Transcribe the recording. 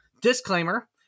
Disclaimer